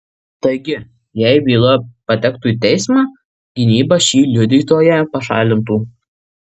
taigi jei byla patektų į teismą gynyba šį liudytoją pašalintų